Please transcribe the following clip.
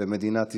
במדינת ישראל.